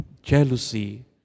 Jealousy